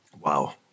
Wow